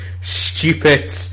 stupid